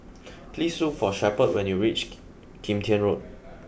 please look for Shepherd when you reach Kim Tian Road